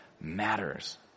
matters